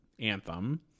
Anthem